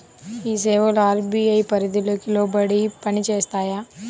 ఈ సేవలు అర్.బీ.ఐ పరిధికి లోబడి పని చేస్తాయా?